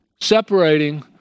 separating